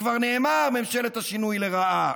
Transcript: וכבר נאמר ממשלת השינוי לרעה,